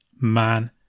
Man